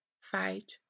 fight